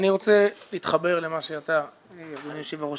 אני רוצה להתחבר למה שאתה אדוני היושב ראש